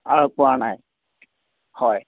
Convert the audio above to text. অঁ কোৱা নাই হয়